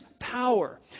power